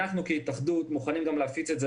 אנחנו כהתאחדות מוכנים להפיץ את זה,